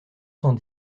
cent